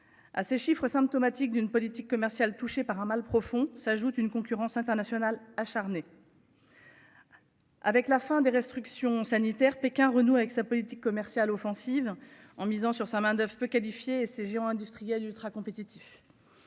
Ah ces chiffres symptomatique d'une politique commerciale touchés par un mal profond s'ajoute une concurrence internationale acharnée. Avec la fin des restrictions sanitaires, Pékin renoue avec sa politique commerciale offensive en misant sur sa main d'oeuvre peu qualifiée et ces géants industriels ultracompétitif.